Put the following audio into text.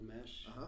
mesh